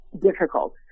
difficult